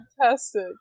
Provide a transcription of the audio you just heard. fantastic